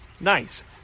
Nice